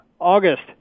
August